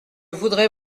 voudrais